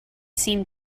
seemed